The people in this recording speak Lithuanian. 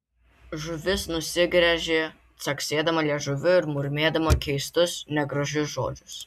žuvis nusigręžė caksėdama liežuviu ir murmėdama keistus negražius žodžius